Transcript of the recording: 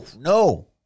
No